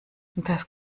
das